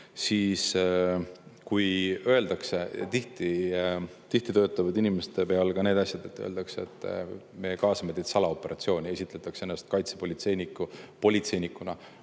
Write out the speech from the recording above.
Siis, kui öeldakse – tihti töötavad inimeste peal ka need asjad –, et me kaasame teid salaoperatsiooni, esitletakse ennast kaitsepolitseiniku